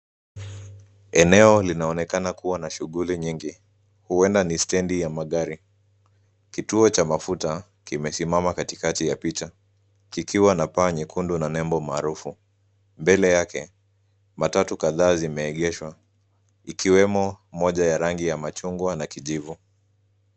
Eneo linaonekana kuwa na shughuli nyingi. Huenda ni stedi ya magari. Kituo cha mafuta kimesimama katikati ya picha ,kikiwa na paa nyekundu na nebo maarufu. Mbele yake matatu kadhaa zimeegeshwa ikiwemo moja ya rangi ya machungwa na kijivu.